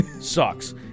sucks